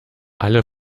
alle